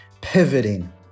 pivoting